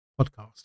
podcast